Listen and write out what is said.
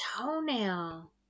Toenail